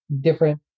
different